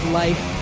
life